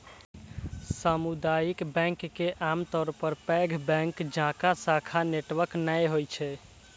सामुदायिक बैंक के आमतौर पर पैघ बैंक जकां शाखा नेटवर्क नै होइ छै